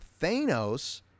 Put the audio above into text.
Thanos